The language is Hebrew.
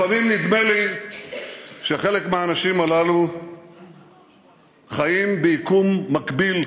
לפעמים נדמה לי שחלק מהאנשים הללו חיים ביקום מקביל.